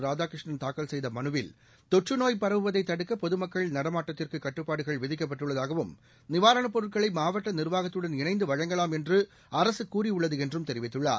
ராதாகிருஷ்ணன் தாக்கல் செய்தமனுவில் தொற்றுநோய் பரவுவதைதடுக்கபொதுமக்கள் நடமாட்டத்திற்குகட்டுப்பாடுகள் விதிக்கப்பட்டுள்ளதாகவும் நிவாரணப் பொருட்களைமாவட்டநிா்வாகத்துடன் இணைந்துவழங்கலாம் என்றுஅரசுகூறியுள்ளதுஎன்றும் தெரிவித்துள்ளார்